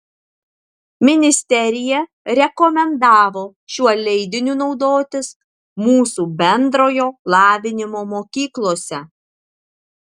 ministerija rekomendavo šiuo leidiniu naudotis mūsų bendrojo lavinimo mokyklose